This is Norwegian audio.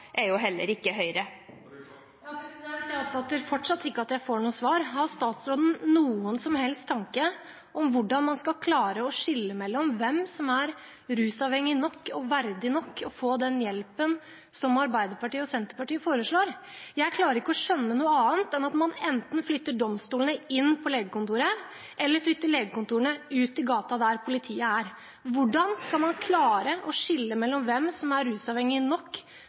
er heller ikke Høyre. Jeg oppfatter fortsatt ikke at jeg får noe svar. Har statsråden noen som helst tanke om hvordan man skal klare å skille mellom hvem som er rusavhengig nok og verdig nok til å få den hjelpen som Arbeiderpartiet og Senterpartiet foreslår, og hvem som ikke er det? Jeg klarer ikke å skjønne noe annet enn at man enten flytter domstolene inn på legekontoret eller flytter legekontorene ut i gata der politiet er. Hvordan skal man klare å skille mellom hvem som er rusavhengig nok